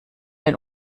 den